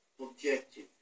objective